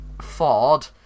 Ford